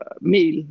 mil